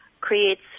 creates